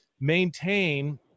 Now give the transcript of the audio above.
maintain